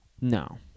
No